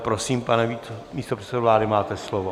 Prosím, pane místopředsedo vlády, máte slovo.